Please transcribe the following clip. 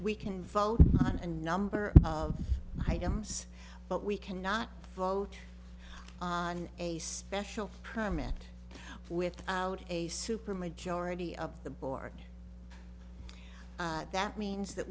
we can vote on a number of items but we cannot vote on a special permit without a super majority of the board that means that